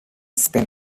spin